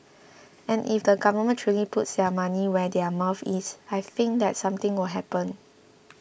and if the government truly puts their money where their mouth is I think that something will happen